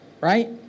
right